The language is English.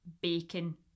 bacon